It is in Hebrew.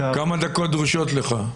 כמה דקות דרשות לך?